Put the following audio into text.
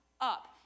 up